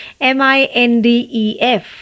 MINDEF